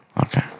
Okay